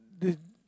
this